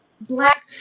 black-